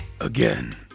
Again